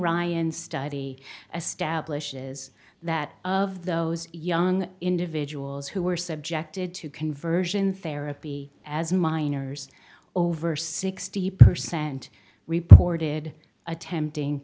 ryan study as stablished is that of those young individuals who were subjected to conversion therapy as minors over sixty percent reported attempting